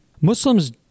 Muslims